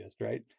right